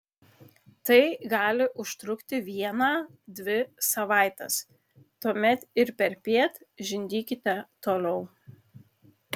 tai gali užtrukti vieną dvi savaites tuomet ir perpiet žindykite toliau